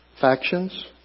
factions